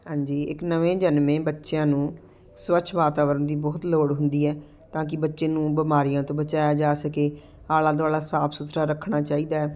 ਹਾਂਜੀ ਇੱਕ ਨਵੇਂ ਜਨਮੇ ਬੱਚਿਆਂ ਨੂੰ ਸਵੱਛ ਵਾਤਾਵਰਨ ਦੀ ਬਹੁਤ ਲੋੜ ਹੁੰਦੀ ਹੈ ਤਾਂ ਕਿ ਬੱਚੇ ਨੂੰ ਬਿਮਾਰੀਆਂ ਤੋਂ ਬਚਾਇਆ ਜਾ ਸਕੇ ਆਲਾ ਦੁਆਲਾ ਸਾਫ ਸੁਥਰਾ ਰੱਖਣਾ ਚਾਹੀਦਾ